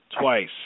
twice